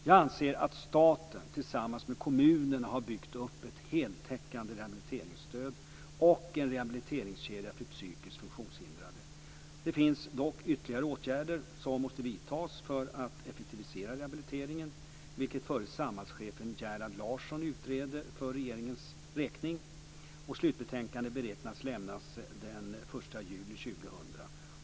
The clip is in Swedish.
Jag anser att staten tillsammans med kommunerna har byggt upp ett heltäckande rehabiliteringsstöd och en rehabiliteringskedja för psykiskt funktionshindrade. Ytterligare åtgärder måste dock vidtas för att effektivisera rehabiliteringen, vilket förre Samhallchefen Gerhard Larsson utreder för regeringens räkning. Slutbetänkande beräknas bli avlämnat den 1 juli 2000.